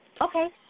Okay